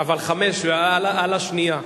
אבל חמש, על השנייה.